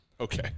Okay